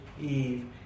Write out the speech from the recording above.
Eve